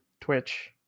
Twitch